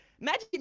Imagine